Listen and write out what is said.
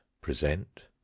present